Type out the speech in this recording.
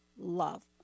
love